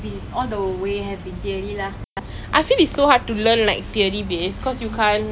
I swear but just that I was damn playful in secondary school I didn't give a damn about anything